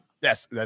Yes